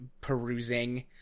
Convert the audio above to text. perusing